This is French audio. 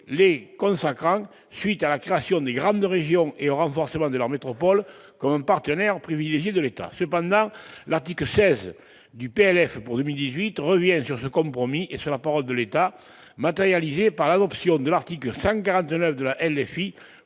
et consacrant suite à la création des grandes régions et au renforcement de la métropole quand même partenaire privilégié de l'État Panhard tique 16 du PLF pour 2018 revient sur ce compromis et ce rapport de l'État, matérialisée par l'adoption de l'article 140 de la de